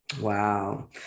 Wow